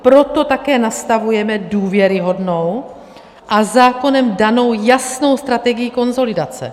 Proto také nastavujeme důvěryhodnou a zákonem danou jasnou strategii konsolidace.